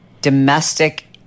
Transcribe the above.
domestic